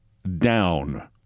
down